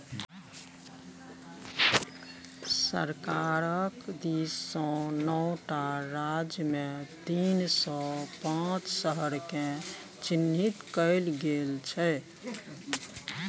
सरकारक दिससँ नौ टा राज्यमे तीन सौ पांच शहरकेँ चिह्नित कएल गेल छै